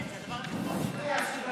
אנחנו נפריע לו.